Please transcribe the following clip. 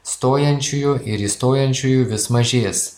stojančiųjų ir įstojančiųjų vis mažės